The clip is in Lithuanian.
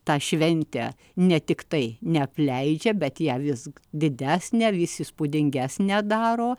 tą šventę ne tiktai neapleidžia bet ją vis didesnę vis įspūdingesnę daro